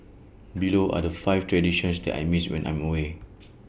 below are the five traditions that I miss when I'm away